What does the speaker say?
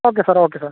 okay sir okay sir